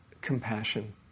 compassion